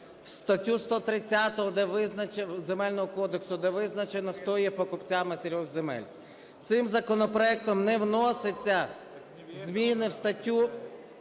статтю 130 Земельного кодексу, де визначено, хто є покупцями сільгоспземель. Цим законопроектом не вносяться зміни в статтю